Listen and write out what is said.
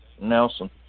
Nelson